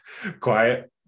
quiet